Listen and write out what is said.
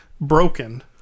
broken